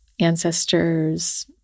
ancestors